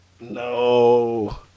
No